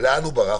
לאן הוא ברח?